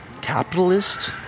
capitalist